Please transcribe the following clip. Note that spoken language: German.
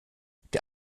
der